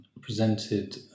presented